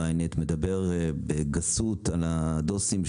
דיבר בגסות על הדוסים,